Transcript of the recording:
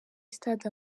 sitade